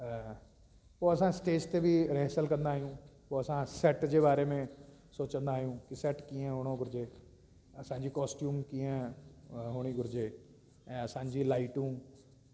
ऊअं असां स्टेज ते बि रिहर्सल कंदा आहियूं पोइ असां सेट जे बारे में सोचंदा आहियूं की सेट कीअं हुअणो घुरिजे असांजी कॉस्टयूम कीअं हुअणी घुरिजे ऐं असांजी लाइटूं